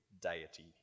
deity